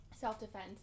self-defense